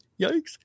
Yikes